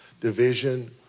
division